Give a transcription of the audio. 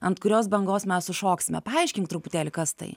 ant kurios bangos mes sušoksime paaiškink truputėlį kas tai